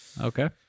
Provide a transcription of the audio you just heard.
Okay